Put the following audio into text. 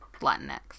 latinx